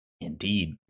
Indeed